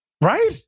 Right